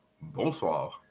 Bonsoir